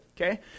okay